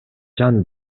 жан